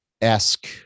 esque